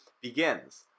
begins